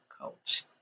coach